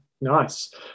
Nice